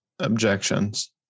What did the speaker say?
objections